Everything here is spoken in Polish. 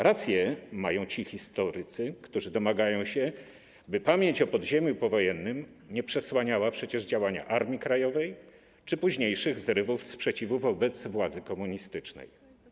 Rację mają ci historycy, którzy domagają się, by pamięć o podziemiu powojennym nie przesłaniała przecież działania Armii Krajowej czy późniejszych zrywów sprzeciwu wobec władzy komunistycznej.